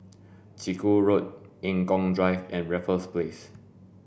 Chiku Road Eng Kong Drive and Raffles Place